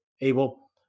Abel